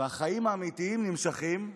והחיים האמיתיים נמשכים,